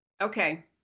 okay